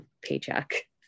paycheck